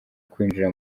kwinjira